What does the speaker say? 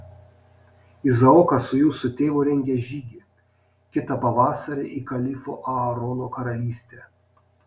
izaokas su jūsų tėvu rengia žygį kitą pavasarį į kalifo aarono karalystę